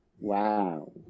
wow